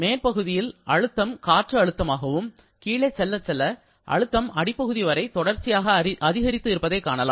மேற்பகுதியில் அழுத்தம் காற்று அழுத்தமாகவும் கீழே செல்லச் செல்ல அழுத்தம் அடிப்பகுதி வரை தொடர்ச்சியாக அதிகரித்து இருப்பதை காணலாம்